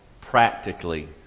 practically